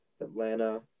Atlanta